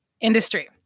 industry